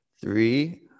Three